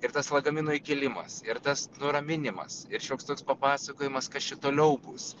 ir tas lagamino įkėlimas ir tas nuraminimas ir šioks toks papasakojimas kas čia toliau bus